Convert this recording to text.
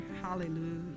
hallelujah